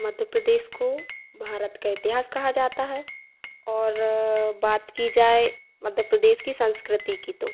मध्य प्रदेश को भारत का इतिहास कहा जाता है और बात की जाए मध्य प्रदेश की संस्कृति की तो